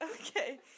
okay